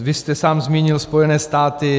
Vy jste sám zmínil Spojené státy.